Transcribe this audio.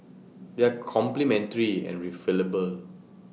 they are complementary and refillable